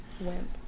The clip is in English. Wimp